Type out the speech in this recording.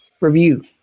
review